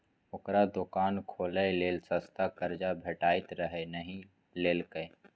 ओकरा दोकान खोलय लेल सस्ता कर्जा भेटैत रहय नहि लेलकै